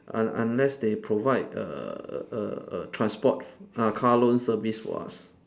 un~ unless they provide err err a a transport ah car loan service for us